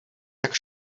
jak